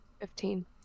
Fifteen